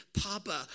Papa